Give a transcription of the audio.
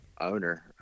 owner